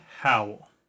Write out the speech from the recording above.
Howell